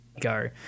go